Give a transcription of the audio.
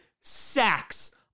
sacks